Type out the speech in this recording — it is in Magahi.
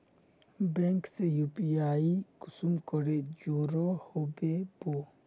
बैंक से यु.पी.आई कुंसम करे जुड़ो होबे बो?